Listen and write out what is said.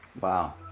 Wow